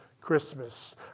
Christmas